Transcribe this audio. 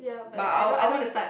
but I won't I won't